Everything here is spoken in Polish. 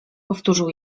powtórzył